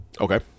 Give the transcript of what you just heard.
okay